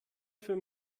für